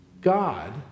God